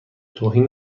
توهین